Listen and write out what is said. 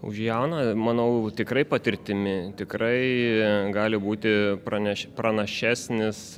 už jauną manau tikrai patirtimi tikrai gali būti praneš pranašesnis